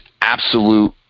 absolute